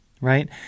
right